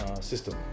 system